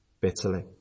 bitterly